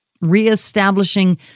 Re-establishing